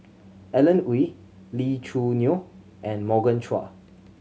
Alan Oei Lee Choo Neo and Morgan Chua